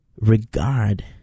regard